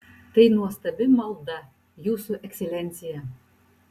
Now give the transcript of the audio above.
tai nuostabi malda jūsų ekscelencija